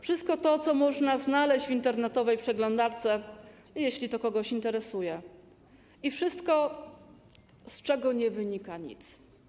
Wszystko to, co można znaleźć w internetowej przeglądarce, jeśli to kogoś interesuje, wszystko, z czego nie wynika nic.